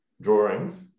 drawings